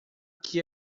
que